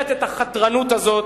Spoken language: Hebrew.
מאפשרת את החתרנות הזאת?